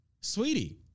sweetie